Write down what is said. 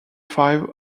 five